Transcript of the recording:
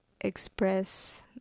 express